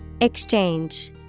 Exchange